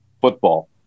football